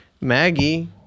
Maggie